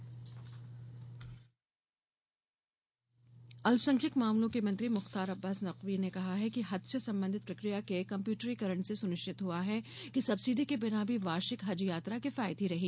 whose यात्रा अल्पसंख्यक मामलों के मंत्री मुख्तार अब्बास नकवी ने कहा है कि हज से संबंधित प्रक्रिया के कंप्यूटरीकरण से सुनिश्चित हुआ है कि सब्सिडी के बिना भी वार्षिक हज यात्रा किफायती रही